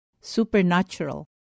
supernatural